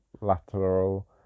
lateral